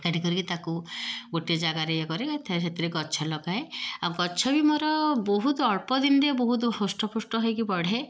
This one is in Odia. ଏକାଠି କରିକି ତାକୁ ଗୋଟେ ଜାଗାରେ ଇଏ କରି ରଖିଥାଏ ସେଥିରେ ଗଛ ଲଗାଏ ଆଉ ଗଛ ବି ମୋର ବହୁତ ଅଳ୍ପ ଦିନରେ ବହୁତ ହୃଷ୍ଟପୃଷ୍ଟ ହେଇକି ବଢ଼େ